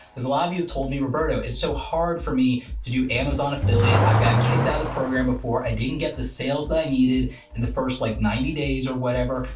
there's a lot of you who've told me, roberto, it's so hard for me to do amazon affiliate, i've gotten kicked out of the program before, i didn't get the sales that i needed in the first like ninety days, or whatever.